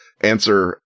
answer